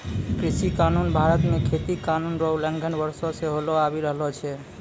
कृषि कानून भारत मे खेती कानून रो उलंघन वर्षो से होलो आबि रहलो छै